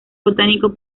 botánico